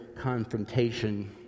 confrontation